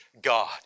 God